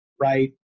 right